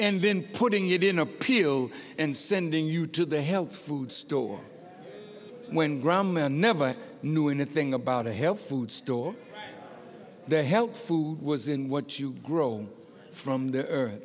and then putting it in a pill and sending you to the health food store when gramma never knew anything about a health food store the health food was in what you grow from the